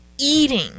eating